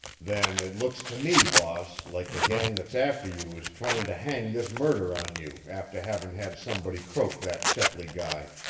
then it looks to me, boss, like the gang that's after you is tryin' to hang this murder on you after havin' had somebody croak that shepley guy.